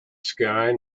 sky